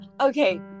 Okay